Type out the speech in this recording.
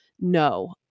no